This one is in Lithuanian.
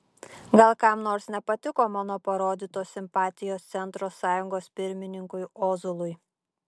gal kam nors nepatiko mano parodytos simpatijos centro sąjungos pirmininkui ozolui